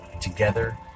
Together